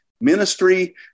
ministry